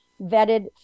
vetted